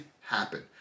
happen